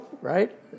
right